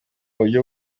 buryo